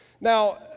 Now